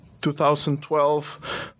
2012